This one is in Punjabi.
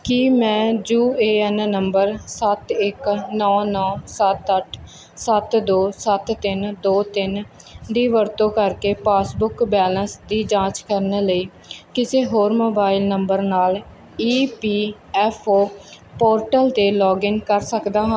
ਕੀ ਮੈਂ ਯੂ ਏ ਐਨ ਨੰਬਰ ਸੱਤ ਇੱਕ ਨੌ ਨੌ ਸੱਤ ਅੱਠ ਸੱਤ ਦੋ ਸੱਤ ਤਿੰਨ ਦੋ ਤਿੰਨ ਦੀ ਵਰਤੋਂ ਕਰਕੇ ਪਾਸਬੁੱਕ ਬੈਲੇਂਸ ਦੀ ਜਾਂਚ ਕਰਨ ਲਈ ਕਿਸੇ ਹੋਰ ਮੋਬਾਈਲ ਨੰਬਰ ਨਾਲ E P F O portal 'ਤੇ ਲੌਗਇਨ ਕਰ ਸਕਦਾ ਹਾਂ